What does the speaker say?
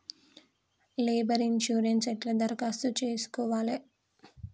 Labour insurance ఎట్ల దరఖాస్తు చేసుకోవాలే?